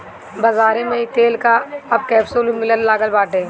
बाज़ारी में इ तेल कअ अब कैप्सूल भी मिले लागल बाटे